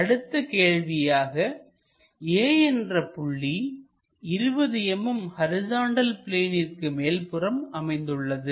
அடுத்த கேள்வியாக A என்ற புள்ளி 20 mm ஹரிசாண்டல் பிளேனிற்கு மேற்புறமும் அமைந்துள்ளது